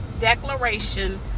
declaration